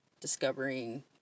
discovering